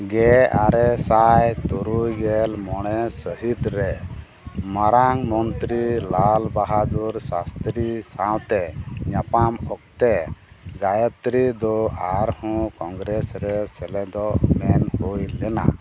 ᱜᱮ ᱟᱨᱮ ᱥᱟᱭ ᱛᱩᱨᱩᱭ ᱜᱮᱞ ᱢᱚᱬᱮ ᱥᱟᱹᱦᱤᱛ ᱨᱮ ᱢᱟᱨᱟᱝ ᱢᱚᱱᱛᱨᱤ ᱞᱟᱞ ᱵᱟᱦᱟᱫᱩᱨ ᱥᱟᱥᱛᱨᱤ ᱥᱟᱶᱛᱮ ᱧᱟᱯᱟᱢ ᱚᱠᱛᱮ ᱜᱟᱭᱚᱛᱨᱤ ᱫᱚ ᱟᱨᱦᱚᱸ ᱠᱚᱝᱜᱨᱮᱹᱥ ᱨᱮ ᱥᱮᱞᱮᱫᱚᱜ ᱢᱮᱱ ᱦᱩᱭ ᱞᱮᱱᱟ